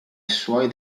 suoi